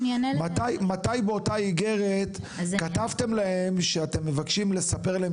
מתי באותה איגרת כתבתם להם שאתם מבקשים לספר להם